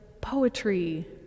poetry